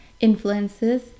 influences